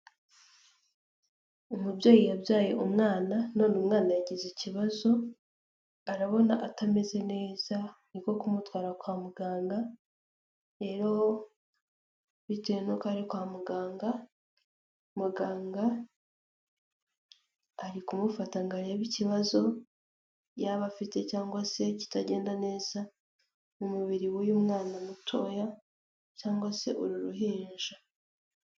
Umubyeyi yabyaye umwana none umwana yagize ikibazo, arabona atameze neza niko kumutwara kwa muganga, rero bitewe n'uko ari kwa muganga, muganga ari kumufata ngo arebe ikibazo yaba afite cyangwa se ikitagenda neza, mu mubiri w'uyu mwana mutoya cyangwa se uru ruhinja.